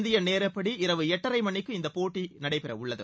இந்திய நேரப்படி இரவு எட்டரை மணிக்கு இந்தப் போட்டி நடைபெற உள்ளது